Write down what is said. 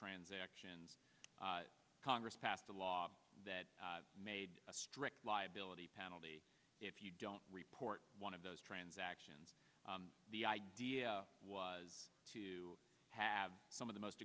transactions congress passed a law that made a strict liability penalty if you don't report one of those transactions the idea was to have some of the most